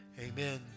amen